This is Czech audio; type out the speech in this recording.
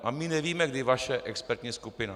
A my nevíme, kdy vaše expertní skupina...